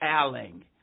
Alling